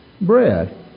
bread